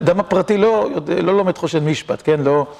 גם הפרטי לא, לא לומד חושד משפט, כן? לא...